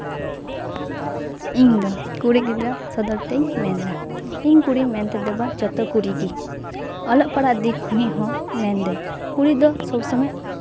ᱤᱧ ᱫᱚ ᱠᱩᱲᱤ ᱜᱤᱫᱽᱨᱟᱹ ᱥᱚᱫᱚᱨ ᱛᱮᱧ ᱢᱮᱱᱫᱟ ᱤᱧ ᱠᱩᱲᱤ ᱢᱮᱱ ᱛᱮᱫᱚ ᱵᱟ ᱡᱚᱛᱚ ᱠᱩᱲᱤ ᱜᱮ ᱚᱞᱚᱜ ᱯᱟᱲᱦᱟᱜ ᱫᱤᱠ ᱠᱷᱚᱱᱤᱜ ᱦᱚᱸ ᱢᱮᱱ ᱫᱚᱹᱧ ᱠᱩᱲᱤ ᱫᱚ ᱥᱚᱵ ᱥᱚᱢᱚᱭ